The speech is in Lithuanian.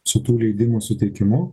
su tų leidimų suteikimu